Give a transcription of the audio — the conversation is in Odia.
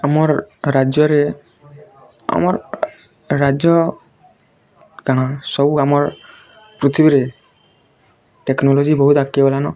ଆମର୍ ରାଜ୍ୟ ରେ ଆମର୍ ରାଜ୍ୟ କା'ଣା ସବୁ ଆମର୍ ପୃଥିବୀ ରେ ଟେକ୍ନୋଲୋଜି ବହୁତ୍ ଆଗ୍କେ ଗଲାନ